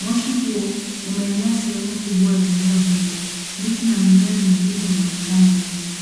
Moshi huo umeenea eneo sehemu kubwa ya eneo hilo. Miti na mimea mingine inaonekana nyuma.